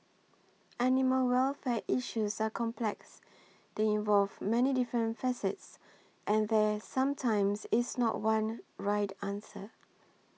animal welfare issues are complex they involve many different facets and there sometimes is not one right answer